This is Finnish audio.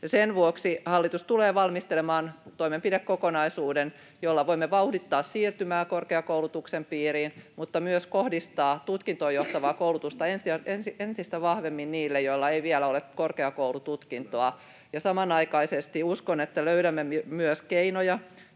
Sen vuoksi hallitus tulee valmistelemaan toimenpidekokonaisuuden, jolla voimme vauhdittaa siirtymää korkeakoulutuksen piiriin mutta myös kohdistaa tutkintoon johtavaa koulutusta entistä vahvemmin niille, joilla ei vielä ole korkeakoulututkintoa. Samanaikaisesti uskon, että löydämme myös keinoja,